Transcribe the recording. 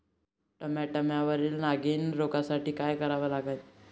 टमाट्यावरील नागीण रोगसाठी काय करा लागन?